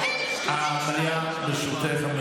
ברשותך,